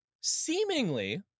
seemingly